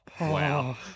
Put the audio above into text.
Wow